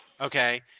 Okay